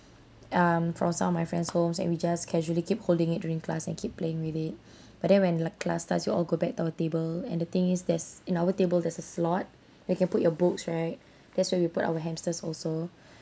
um from some of my friends homes and we just casually keep holding it during class and keep playing with it but then when like class starts we all go back to our table and the thing is there's in our table there's a slot you can put your books right that's where we put our hamsters also